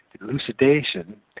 elucidation